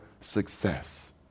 success